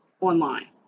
online